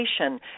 education